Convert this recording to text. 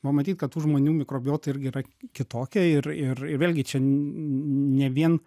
va matyt kad tų žmonių mikrobiota irgi yra kitokia ir ir ir vėlgi čia ne vien